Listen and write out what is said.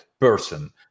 person